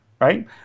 right